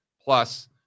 plus